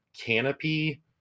canopy